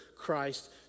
Christ